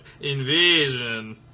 invasion